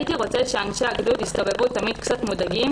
הייתי רוצה שאנשי הגדוד יסתובבו תמיד קצת מודאגים,